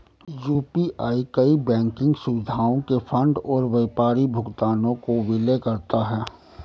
UPI कई banking सुविधाओं के फंड और व्यापारी भुगतानों को विलय करता है